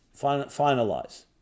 finalize